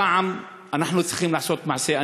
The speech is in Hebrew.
הפעם אנחנו צריכים לעשות מעשה.